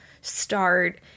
start